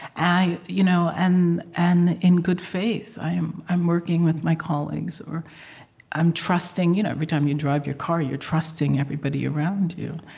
you know and and in good faith, i'm i'm working with my colleagues, or i'm trusting you know every time you drive your car, you're trusting everybody around you.